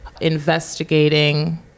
investigating